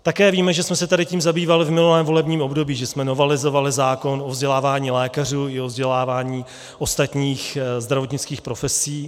Také víme, že jsme se tady tím zabývali v minulém volebním období, že jsme novelizovali zákon o vzdělávání lékařů i o vzdělávání ostatních zdravotnických profesí.